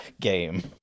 game